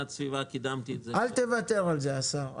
אל תוותר על זה, השר.